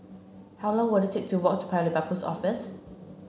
how long will it take to walk to Paya Lebar Post Office